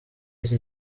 iki